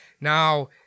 Now